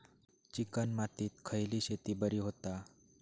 Chicken मातीत खयली शेती बरी होता?